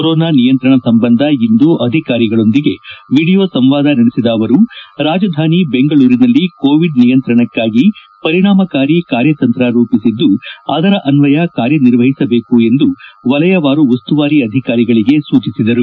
corona ನಿಯಂತ್ರಣ ಸಂಬಂಧ ಇಂದು ಅಧಿಕಾರಗಳೊಂದಿಗೆ ವಿಡಿಯೋ ಸಂವಾದ ನಡೆಸಿದ ಅವರು ರಾಜಧಾನಿ ಬೆಂಗಳೂರಿನಲ್ಲಿ ಕೋವಿಡ್ ನಿಯಂತ್ರಣಕ್ಕಾಗಿ ಪರಿಣಾಮಕಾರಿ ಕಾರ್ಯತಂತ್ರ ರೂಪಿಸಿದ್ದು ಅದರ ಅನ್ನಯ ಕಾರ್ಯ ನಿರ್ವಹಿಸಬೇಕು ಎಂದು ವಲಯವಾರು ಉಸ್ತುವಾರಿ ಅಧಿಕಾರಿಗಳಿಗೆ ಸೂಚಿಸಿದರು